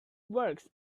works